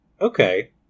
okay